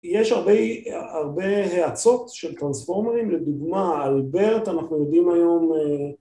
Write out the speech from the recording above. יש הרבה ה.. האצות של טרנספורמרים, לדוגמה על BERT, אנחנו יודעים היום...